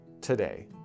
today